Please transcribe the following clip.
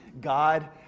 God